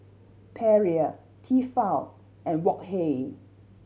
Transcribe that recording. Perrier Tefal and Wok Hey